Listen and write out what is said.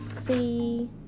see